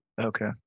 Okay